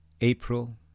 April